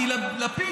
כי לפיד,